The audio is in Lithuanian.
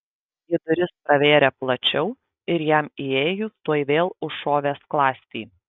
ji duris pravėrė plačiau ir jam įėjus tuoj vėl užšovė skląstį